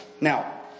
Now